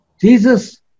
Jesus